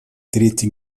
трети